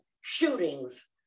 shootings